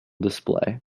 display